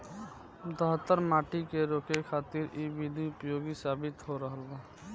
दहतर माटी के रोके खातिर इ विधि उपयोगी साबित हो रहल बा